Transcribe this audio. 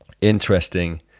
interesting